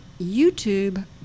YouTube